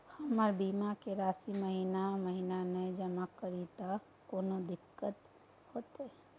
हम बीमा के राशि महीना महीना नय जमा करिए त कोनो दिक्कतों होतय?